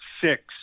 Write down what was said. six